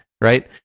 right